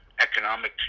economic